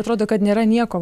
atrodo kad nėra nieko